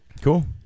Cool